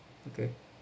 okay